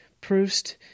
Proust